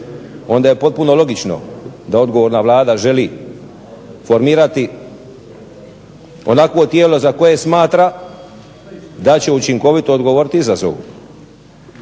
onda je potpuno logično da odgovorna Vlada želi formirati onakvo tijelo za koje smatra da će učinkovito odgovoriti izazovu.